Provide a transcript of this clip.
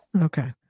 Okay